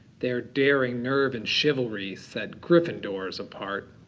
their daring nerve and chivalry set gryffindor's apart.